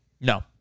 No